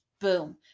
Boom